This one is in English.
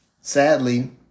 Sadly